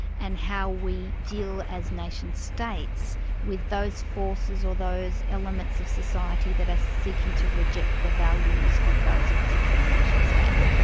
and how we deal as nationstates with those forces or those elements of society that are seeking to reject the values of those particular nationstates.